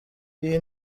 iyi